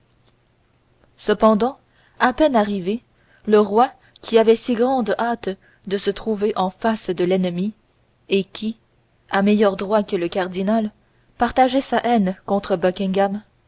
colombier rouge à peine arrivé au camp le roi qui avait si grande hâte de se trouver en face de l'ennemi et qui à meilleur droit que le cardinal partageait sa haine